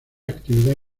actividad